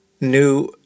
new